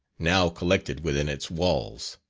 now collected within its walls.